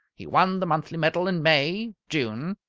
he won the monthly medal in may, june,